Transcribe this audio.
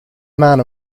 man